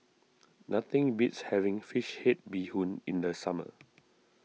nothing beats having Fish Head Bee Hoon in the summer